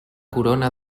corona